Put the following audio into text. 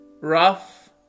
Rough